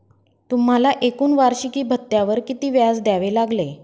तुम्हाला एकूण वार्षिकी भत्त्यावर किती व्याज द्यावे लागले